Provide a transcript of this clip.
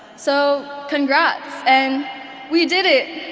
so congrats and we did it!